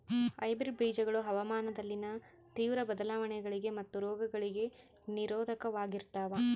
hybrid ಬೇಜಗಳು ಹವಾಮಾನದಲ್ಲಿನ ತೇವ್ರ ಬದಲಾವಣೆಗಳಿಗೆ ಮತ್ತು ರೋಗಗಳಿಗೆ ನಿರೋಧಕವಾಗಿರ್ತವ